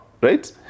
right